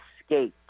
escaped